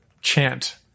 chant